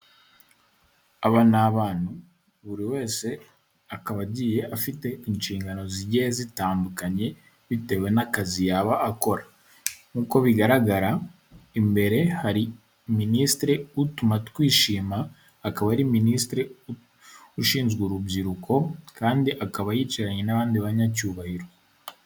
Aba ni abantu, buri wese akaba agiye afite Inshingano zigiye zitandukanye bitewe n'akazi yaba akora. Nk'uko bigaragara, imbere hari minisitiri UTUMATWISHIMA akaba ari minisitiri ushinzwe urubyiruko kandi akaba yicaranye n'abandi banyacyubahiro.